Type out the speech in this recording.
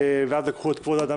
כבוד האדם